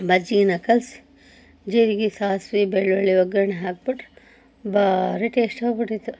ಮಜ್ಜಿಗೆನ ಕಲಸಿ ಜೀರ್ಗೆ ಸಾಸಿವೆ ಬೆಳ್ಳುಳ್ಳಿ ಒಗ್ಗರಣೆ ಹಾಕ್ಬಿಟ್ರು ಭಾರಿ ಟೇಸ್ಟ್ ಆಗ್ಬಿಟ್ಟೈತಿ